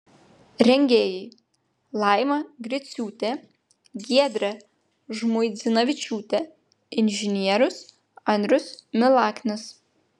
rengėjai laima griciūtė giedrė žmuidzinavičiūtė inžinierius andrius milaknis